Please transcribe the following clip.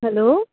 hello